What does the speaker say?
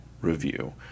review